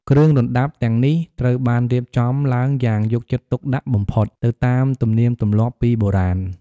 គ្រឿងរណ្តាប់ទាំងនេះត្រូវបានរៀបចំឡើងយ៉ាងយកចិត្តទុកដាក់បំផុត ទៅតាមទំនៀមទម្លាប់ពីបុរាណ។